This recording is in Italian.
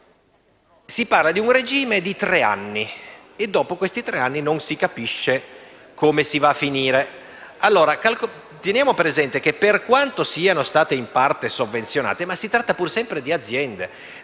Si parla di un regime di tre anni. E dopo questi tre anni non si capisce come si va a finire. Teniamo presente che, per quanto siano state in parte sovvenzionate, si tratta pur sempre di aziende,